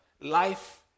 life